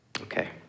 Okay